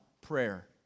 Prayer